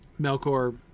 Melkor